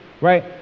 Right